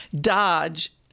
dodge